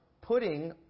putting